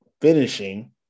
finishing